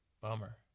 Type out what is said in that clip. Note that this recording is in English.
Bummer